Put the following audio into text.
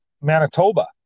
manitoba